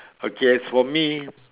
okay as for me